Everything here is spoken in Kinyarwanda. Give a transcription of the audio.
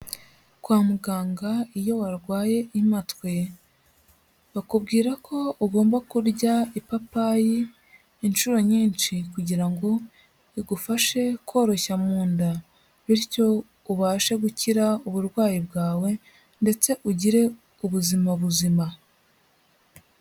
Kwa muganga iyo warwaye impatwe, bakubwira ko ugomba kurya ipapayi inshuro nyinshi kugira ngo, igufashe koroshya mu nda, bityo ubashe gukira uburwayi bwawe ndetse ugire ubuzima buzima.